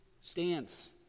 stance